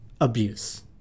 abuse